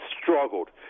struggled